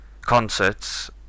concerts